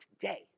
today